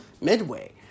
Midway